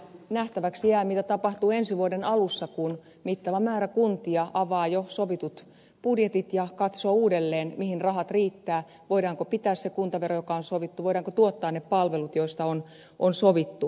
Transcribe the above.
nähtäväksi jää mitä tapahtuu ensi vuoden alussa kun mittava määrä kuntia avaa jo sovitut budjetit ja katsoo uudelleen mihin rahat riittävät voidaanko pitää se kuntavero joka on sovittu voidaanko tuottaa ne palvelut joista on sovittu